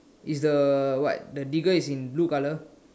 is the what the digger is in blue colour